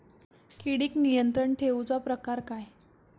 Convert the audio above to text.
किडिक नियंत्रण ठेवुचा प्रकार काय?